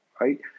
Right